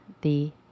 the-